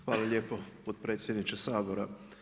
Hvala lijepo potpredsjedniče Sabora.